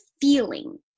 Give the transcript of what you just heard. feeling